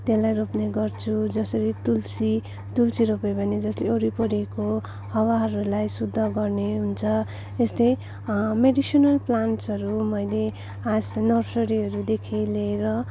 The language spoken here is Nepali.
त्यसलाई रोप्ने गर्छु जसरी तुलसी तुलसी रोप्यो भने जसले वरिपरिको हावाहरूलाई शुद्ध गर्ने हुन्छ यस्तै मेडिसिनल प्लान्टहरू मैले हास नर्सरीहरूदेखि लिएर